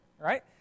right